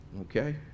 Okay